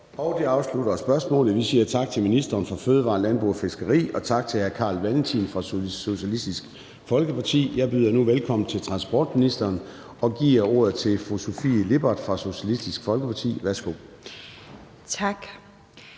Det afslutter spørgsmålet. Vi siger tak til ministeren for fødevarer, landbrug og fiskeri og tak til hr. Carl Valentin fra Socialistisk Folkeparti. Jeg byder nu velkommen til transportministeren og giver ordet til fru Sofie Lippert fra Socialistisk Folkeparti. Kl.